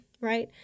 right